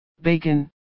bacon